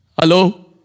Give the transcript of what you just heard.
Hello